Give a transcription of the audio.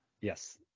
Yes